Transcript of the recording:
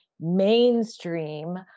mainstream